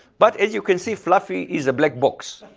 but as you can see, fluffy is a black box